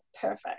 perfect